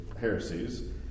heresies